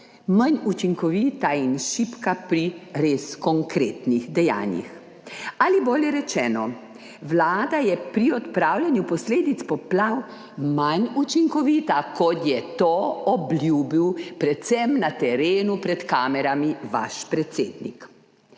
manj učinkovita in šibka pri res konkretnih dejanjih. Ali bolje rečeno, Vlada je pri odpravljanju posledic poplav manj učinkovita, kot je to obljubil predvsem na terenu, pred kamerami, vaš predsednik.